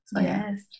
yes